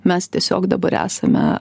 mes tiesiog dabar esame